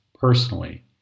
personally